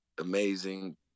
amazing